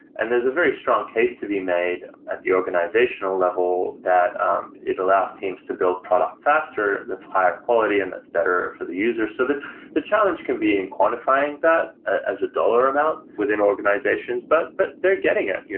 and there's a very strong case to be made at the organizational level that um it allows teams to build product faster that's higher quality and that's better for the user. so the the challenge can be in quantifying that as a dollar amount within organizations, but but they're getting it.